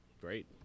Great